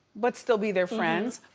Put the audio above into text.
but still be their friends.